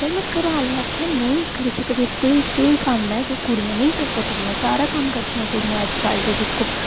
पर में घरें आह्लें गी आखेआ नेईं करी सकदे कोई केह् कम्म ऐ जे कुड़ियां नेईं करी सकदियां सारा कम्म करदियां कुड़ियां अजकल ते दिक्खो